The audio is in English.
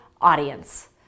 audience